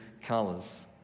colors